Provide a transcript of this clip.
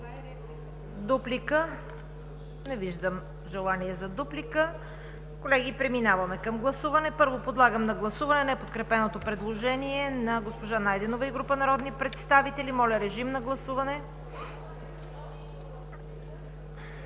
Дуплика? Не виждам желание. Колеги, преминаваме към гласуване. Първо подлагам на гласуване неподкрепеното предложение на госпожа Найденова и група народни представители. Гласували